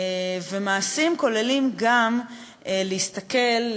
ומעשים כוללים גם להסתכל,